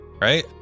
Right